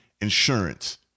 insurance